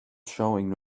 showing